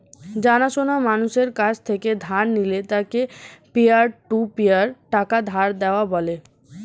জানা সোনা মানুষের কাছ থেকে ধার নিলে তাকে পিয়ার টু পিয়ার টাকা ধার দেওয়া বলে